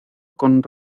con